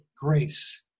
grace